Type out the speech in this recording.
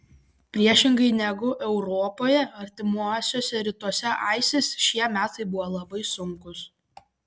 priešingai negu europoje artimuosiuose rytuose isis šie metai buvo labai sunkūs